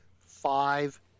five